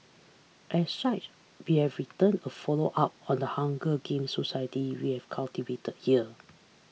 as such we have written a follow up on the Hunger Games society we have cultivated here